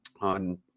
on